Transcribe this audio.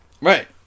Right